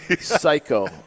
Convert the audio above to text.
Psycho